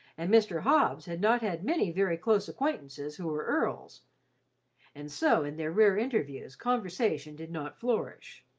and mr. hobbs had not had many very close acquaintances who were earls and so in their rare interviews conversation did not flourish.